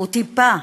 וטיפה,